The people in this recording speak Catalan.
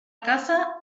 casa